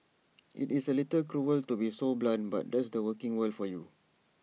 IT is A little cruel to be so blunt but that's the working world for you